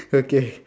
okay